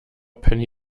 penny